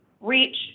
reach